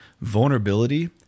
vulnerability